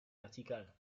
vertical